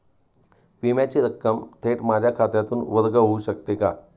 विम्याची रक्कम थेट माझ्या खात्यातून वर्ग होऊ शकते का?